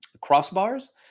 crossbars